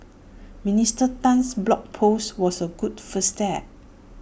Minister Tan's blog post was A good first step